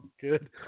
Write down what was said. good